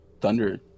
Thunder